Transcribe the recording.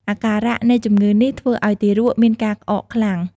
អាការៈនៃជម្ងឺនេះធ្វើឱ្យទារកមានការក្អកខ្លាំង។